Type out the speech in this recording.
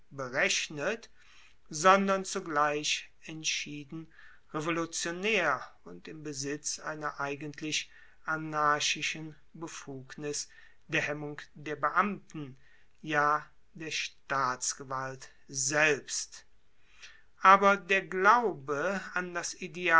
berechnet sondern zugleich entschieden revolutionaer und im besitz einer eigentlich anarchischen befugnis der hemmung der beamten ja der staatsgewalt selbst aber der glaube an das ideale